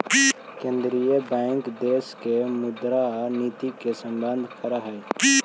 केंद्रीय बैंक देश के मुद्रा नीति के प्रबंधन करऽ हइ